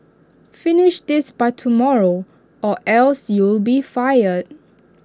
finish this by tomorrow or else you'll be fired